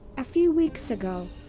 a few weeks ago.